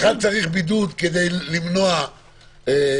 אחד צריך בידוד כדי למנוע הדבקה.